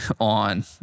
on